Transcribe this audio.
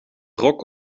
rok